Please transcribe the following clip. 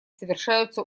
совершаются